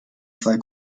zwei